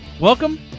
welcome